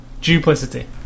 Duplicity